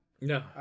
no